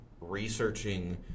researching